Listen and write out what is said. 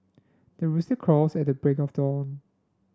the rooster crows at the break of dawn